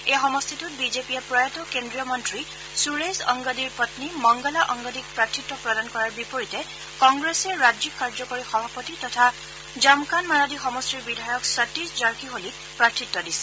এই সমষ্টিটোত বিজেপিয়ে প্ৰয়াত কেন্দ্ৰীয় মন্ত্ৰী সূৰেশ অংগডীৰ পন্নী মংগলা অংগডীক প্ৰাৰ্থীত্ব প্ৰদান কৰাৰ বিপৰীতে কংগ্ৰেছে ৰাজ্যিক কাৰ্য্যকৰী সভাপতি তথা যমকানমাৰাডী সমষ্টিৰ বিধায়ক সতীশ জাৰ্কিহলীক প্ৰাৰ্থীত্ব দিছে